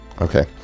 Okay